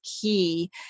key